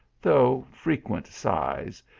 though frequent sighs,